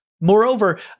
Moreover